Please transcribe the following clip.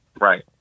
right